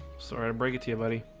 sorry to break it to you, buddy